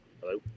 Hello